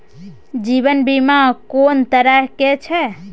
जीवन बीमा कोन तरह के छै?